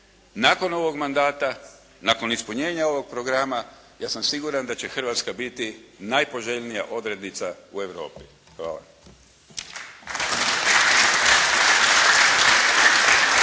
Nakon ovog mandata, nakon ispunjenja ovog programa ja sam siguran da će Hrvatska biti najpoželjnija odrednica u Europi. Hvala.